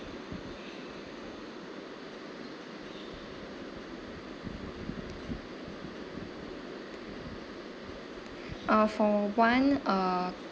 uh for one uh